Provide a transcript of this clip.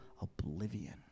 oblivion